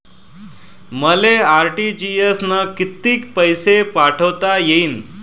मले आर.टी.जी.एस न कितीक पैसे पाठवता येईन?